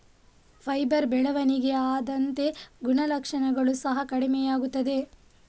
fibre ಬೆಳವಣಿಗೆ ಆದಂತೆ ಗುಣಲಕ್ಷಣಗಳು ಸಹ ಕಡಿಮೆಯಾಗುತ್ತವೆ